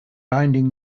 binding